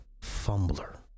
fumbler